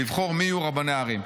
לבחור מי יהיו רבני הערים.